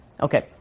Okay